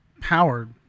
powered